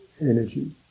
energy